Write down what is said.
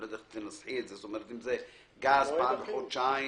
אם זה גז, פעם בחודשיים.